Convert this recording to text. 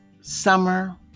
summer